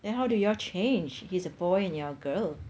then how do you all change he's a boy and you're a girl